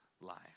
life